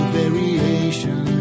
variation